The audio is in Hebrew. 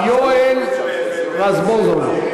יואל רזבוזוב.